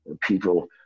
people